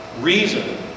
Reason